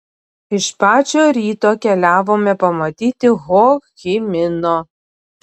iš pačio ryto keliavome pamatyti ho chi mino